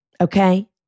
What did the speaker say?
Okay